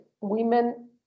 women